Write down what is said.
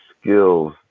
skills